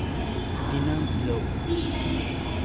ᱫᱤᱱᱟᱹᱢ ᱦᱤᱞᱳᱜ